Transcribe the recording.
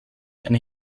eine